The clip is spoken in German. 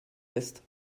ist